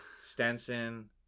Stenson